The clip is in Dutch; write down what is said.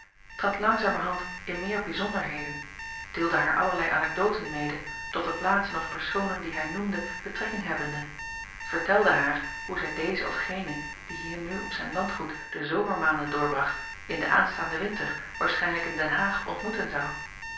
trad langzamerhand in meer bijzonderheden deelde haar allerlei anekdoten mede tot de plaatsen of personen die hij noemde betrekking hebbende vertelde haar hoe zij dezen of genen die hier nu op zijn landgoed de zomermaanden doorbracht in den aanstaanden winter waarschijnlijk in den aag ontmoeten zou